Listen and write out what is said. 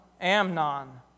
Amnon